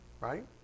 right